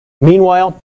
Meanwhile